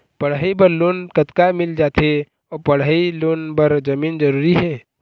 पढ़ई बर लोन कतका मिल जाथे अऊ पढ़ई लोन बर जमीन जरूरी हे?